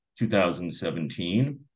2017